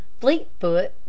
fleetfoot